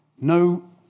no